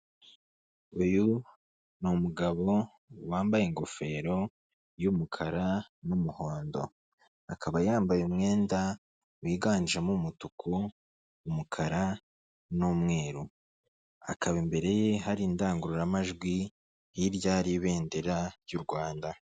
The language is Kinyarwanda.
Uyu ni umugabo wambaye ingofero y'umukara, n'umuhondo akaba yambaye umwenda wiganjemo umutuku ,umukara, n'umwerukaba imbere hari indangururamajwi h'irya hari ibendera ry'u rwanda